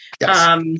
Yes